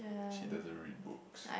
she doesn't read books